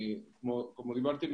כמו שאמרתם,